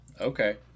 Okay